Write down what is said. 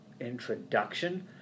introduction